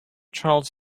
charles